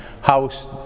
House